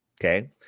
Okay